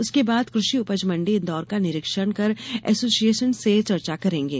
उसके बाद कृषि उपज मंडी इंदौर का निरीक्षण कर एसोशिएशन्स से चर्चा करेंगे